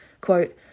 Quote